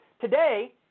Today